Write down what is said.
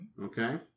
Okay